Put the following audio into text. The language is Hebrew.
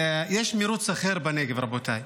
שיש מרוץ אחר בנגב, רבותיי.